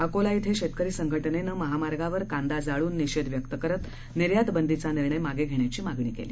अकोला श्वे शेतकरी संघटनेनं महामार्गावर कांदा जाळून निषेध व्यक्त करत निर्यातबंदीचा निर्णय मागे घेण्याची मागणी केली